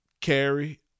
carry